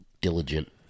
Diligent